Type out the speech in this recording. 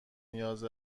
نیاز